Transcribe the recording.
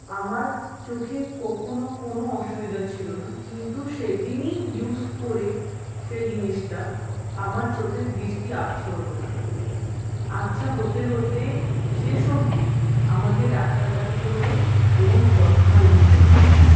আমার চোখে কখনো কোনো অসুবিধা ছিলো না কিন্তু সেদিনই ইউজ করে সে জিনিসটা আমার চোখের দৃষ্টি আবছা হতে থাকল আবছা হতে হতে শেষ অবধি আমাকে ডাক্তার দেখাতে হল এবং চশমা ইউজ করতে হল